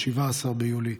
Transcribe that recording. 17 ביולי,